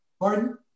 Pardon